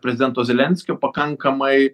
prezidento zelenskio pakankamai